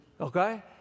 Okay